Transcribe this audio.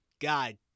God